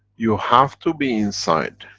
you have to be inside.